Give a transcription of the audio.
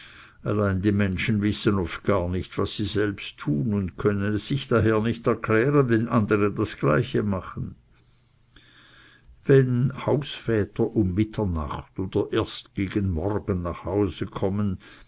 allein die menschen wissen oft gar nicht was sie selbst tun und können es sich daher nicht erklären wenn andere das gleiche tun wenn hausväter um mitternacht oder erst gegen morgen nach hause kommen